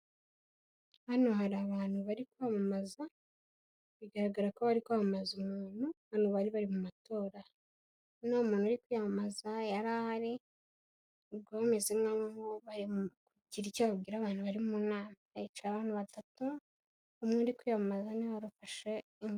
Hano hari abantu bari kwamamaza, bigaragara ko bari kwamamaza umuntu, hano bari bari mu matora, hano muntu uri kwiyamamaza yari ahari ubwo bameze nk'aho bari kugira icyo babwira abantu bari mu nama, hicaye abantu batatu umwe uri kwiyamamaza ni warufashe...